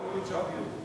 מקיימים שם דיון.